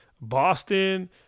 Boston